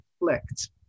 reflect